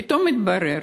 פתאום התברר